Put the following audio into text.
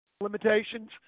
limitations